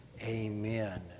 amen